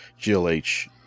GLH